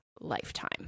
lifetime